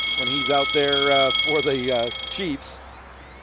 when he's out there for the chiefs.